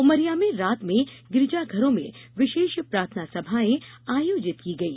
उमरिया में रात में गिरजाघरों में विशेष प्रार्थनासभाएं आयोजित की गई